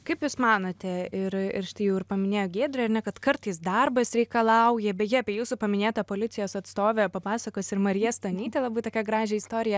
kaip jūs manote ir ir štai jau ir paminėjo giedrė ar ne kad kartais darbas reikalauja beje apie jūsų paminėtą policijos atstovę papasakos ir marija stonytė labai tokią gražią istoriją